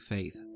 Faith